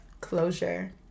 closure